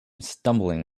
stumbling